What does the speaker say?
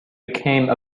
became